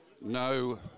no